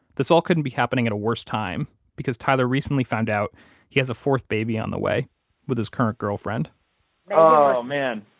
this all couldn't be happening at a worse time, because tyler recently found out he has a fourth baby on the way with his current girlfriend oh, man,